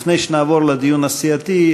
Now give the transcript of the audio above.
לפני שנעבור לדיון הסיעתי,